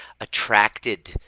attracted